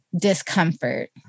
discomfort